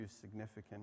significant